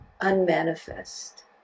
unmanifest